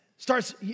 Starts